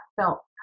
felt